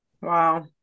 Wow